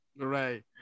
Right